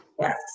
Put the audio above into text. Yes